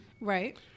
Right